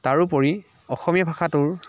তাৰোপৰি অসমীয়া ভাষাটোৰ